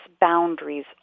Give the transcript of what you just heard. boundaries